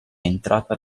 entrata